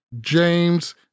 james